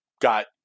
got